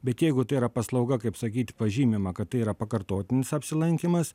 bet jeigu tai yra paslauga kaip sakyti pažymima kad tai yra pakartotinis apsilankymas